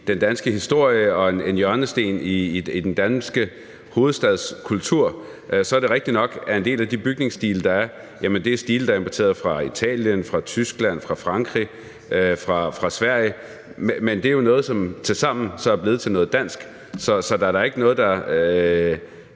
den danske historie og en hjørnesten i den danske hovedstads kultur. Så er det rigtig nok, at en del af de bygningsstilarter, der er, er stilarter, der er importeret fra Italien, fra Tyskland, fra Frankrig, fra Sverige. Men det er jo noget, som så tilsammen er blevet til noget dansk. Jeg vil ikke sige, at